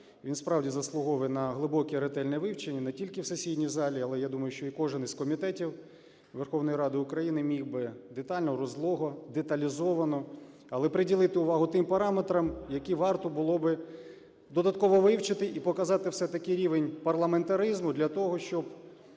Він справді заслуговує на глибоке ретельне вивчення не тільки в сесійній залі, але, я думаю, що й кожен з комітетів Верховної Ради України міг би детально, розлого, деталізовано, але приділити увагу тим параметрам, які варто було би додатково вивчити і показати все-таки рівень парламентаризму для того, щоб